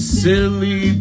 silly